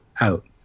out